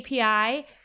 API